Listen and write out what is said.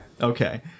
Okay